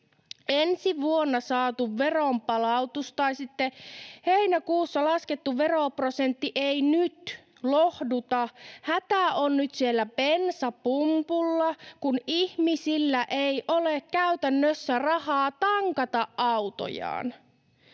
Ensi vuonna saatava veronpalautus tai sitten heinäkuussa laskettava veroprosentti ei nyt lohduta — hätä on nyt siellä bensapumpulla, kun ihmisillä ei ole käytännössä rahaa tankata autojaan!